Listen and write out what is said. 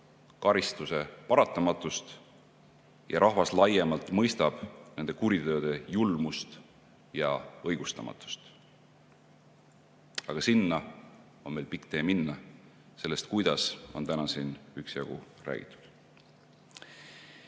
karistuse paratamatust ja rahvas laiemalt mõistab nende kuritööde julmust ja õigustamatust. Aga sinna on veel pikk tee minna. Sellest, kuidas, on täna siin üksjagu räägitud. Meie,